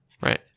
Right